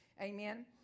Amen